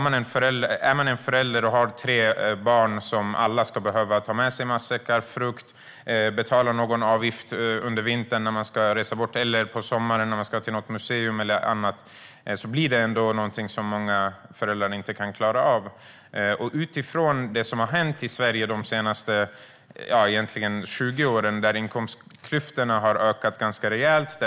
Man kan tänka sig en förälder som har tre barn som alla behöver ta med sig matsäckar och frukt, som behöver betala någon avgift under vintern för att resa bort eller betala någon avgift på sommaren för att gå på något museum eller annat. Det kan bli någonting som många föräldrar inte kan klara av. Under de senaste 20 åren har inkomstklyftorna i Sverige ökat ganska rejält.